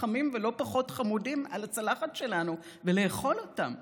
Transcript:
חכמים ולא פחות חמודים על הצלחת שלנו ולאכול אותם.